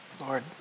Lord